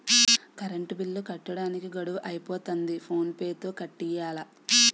current bill కట్టడానికి గడువు అయిపోతంది ఫోన్ పే తో కట్టియ్యాల